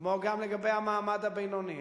כמו גם לגבי המעמד הבינוני,